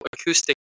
acoustic